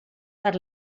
per